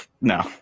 No